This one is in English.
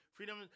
Freedom